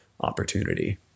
opportunity